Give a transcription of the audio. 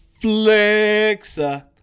Flexa